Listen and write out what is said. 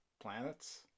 Planets